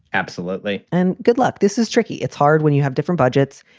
absolutely. and good luck. this is tricky. it's hard when you have different budgets.